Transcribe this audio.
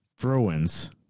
Bruins